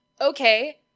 Okay